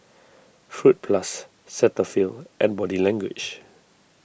Fruit Plus Cetaphil and Body Language